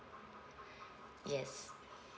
yes